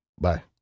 Bye